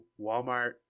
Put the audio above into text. Walmart